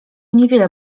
niewiele